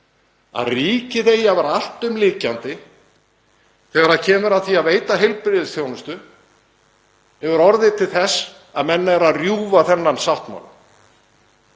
að ríkið eigi að vera alltumlykjandi þegar kemur að því að veita heilbrigðisþjónustu hefur orðið til þess að menn eru að rjúfa þennan sáttmála